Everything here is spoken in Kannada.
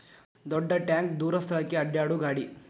ದೊಡ್ಡ ಟ್ಯಾಂಕ ದೂರ ಸ್ಥಳಕ್ಕ ಅಡ್ಯಾಡು ಗಾಡಿ